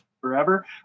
Forever